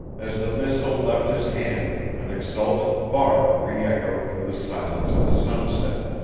as the missile left his hand an exultant bark re-echoed through the silence of the sunset.